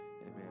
Amen